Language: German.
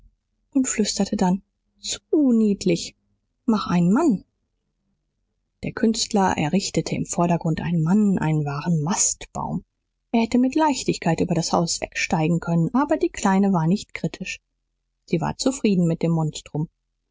und flüsterte dann zu niedlich mach einen mann der künstler errichtete im vordergrund einen mann einen wahren mastbaum er hätte mit leichtigkeit über das haus wegsteigen können aber die kleine war nicht kritisch sie war zufrieden mit dem monstrum